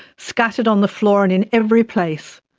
scattered on the floor and in every place.